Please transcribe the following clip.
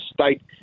state